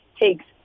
takes